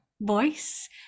voice